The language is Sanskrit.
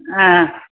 ह